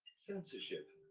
censorship,